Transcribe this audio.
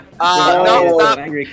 No